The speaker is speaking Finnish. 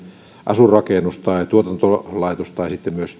asuinrakennus tai tuotantolaitos tai sitten myös